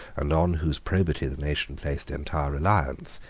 and on whose probity the nation placed entire reliance,